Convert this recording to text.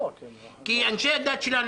כי אנשי הדת שלנו,